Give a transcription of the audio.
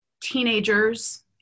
teenagers